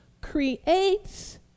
creates